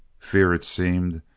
fear, it seemed,